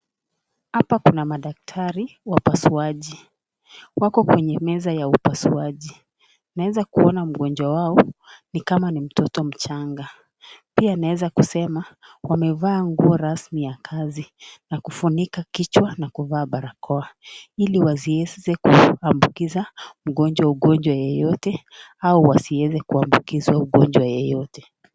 Hapa kuna madaktari wapasuaji. Wako kwenye meza ya upasuaji . Naweza kuona mgonjwa wao ni kama ni mtoto mchanga, pia naweza kusema wamevaa nguo rasmi ya kazi na kufunika kichwa na kuvaa barakoa ili wasiweze kuambukiza mgonjwa ugonjwa yoyote au wasiweze kuambukizwa ugonjwa yoyote.